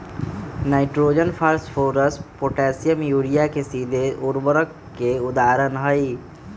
nitrogen, phosphorus, potassium, urea सीधे उर्वरक के उदाहरण हई